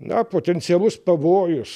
na potencialus pavojus